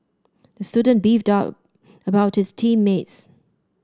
the student beefed about his team mates